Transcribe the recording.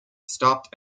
stopped